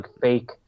fake